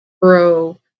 bro